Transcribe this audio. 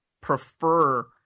prefer